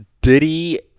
Diddy